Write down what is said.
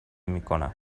میکنم